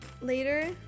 Later